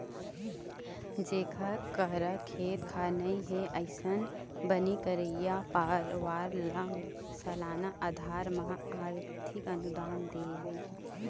जेखर करा खेत खार नइ हे, अइसन बनी करइया परवार ल सलाना अधार म आरथिक अनुदान देवई